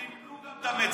הם גם מימנו את המיצג.